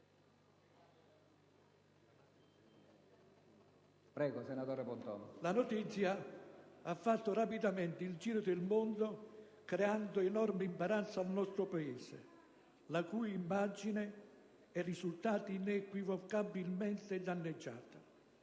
La notizia ha fatto rapidamente il giro del mondo, creando enorme imbarazzo al nostro Paese, la cui immagine è risultata inequivocabilmente danneggiata.